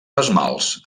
esmalts